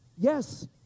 Yes